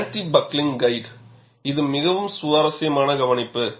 anti பக்ளின் guide இது மிகவும் சுவாரஸ்யமான கவனிப்பு